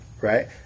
right